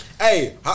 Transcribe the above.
Hey